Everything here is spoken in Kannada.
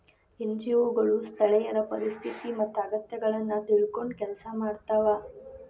ಎನ್.ಜಿ.ಒ ಗಳು ಸ್ಥಳೇಯರ ಪರಿಸ್ಥಿತಿ ಮತ್ತ ಅಗತ್ಯಗಳನ್ನ ತಿಳ್ಕೊಂಡ್ ಕೆಲ್ಸ ಮಾಡ್ತವಾ